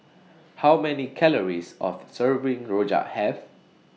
How Many Calories of Serving Rojak Have